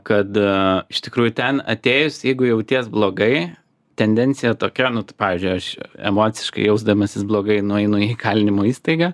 kada iš tikrųjų ten atėjus jeigu jauties blogai tendencija tokia nu pavyzdžiui aš emociškai jausdamasis blogai nueinu į įkalinimo įstaigą